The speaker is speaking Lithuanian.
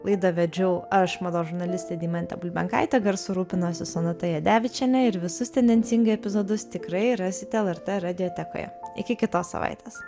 laidą vedžiau aš mados žurnalistė deimantė bulbenkaitė garsu rūpinosi sonata jadevičienė ir visus tendencingai epizodus tikrai rasite lrt radiotekoje iki kitos savaitės